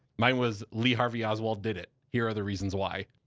mine was lee harvey oswald did it. here are the reasons why.